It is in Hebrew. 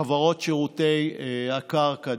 חברות שירותי הקרקע,